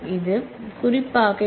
இது குறிப்பாக இல்லை